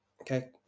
Okay